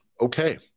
Okay